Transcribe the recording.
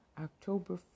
October